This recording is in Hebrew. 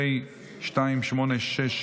פ/976,